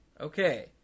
Okay